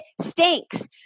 stinks